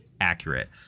accurate